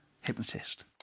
hypnotist